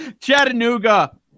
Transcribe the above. Chattanooga